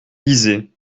lisez